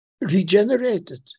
regenerated